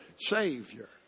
Savior